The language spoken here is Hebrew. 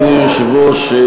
אדוני היושב-ראש,